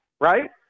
right